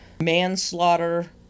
manslaughter